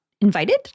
invited